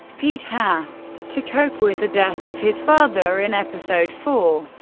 pete has to cope with the death of his father in episode four.